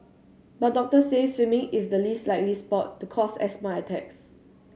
but doctors say swimming is the least likely sport to cause asthma attacks